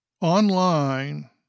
Online